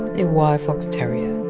a wire fox terrier.